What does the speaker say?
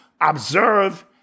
observe